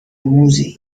موذیه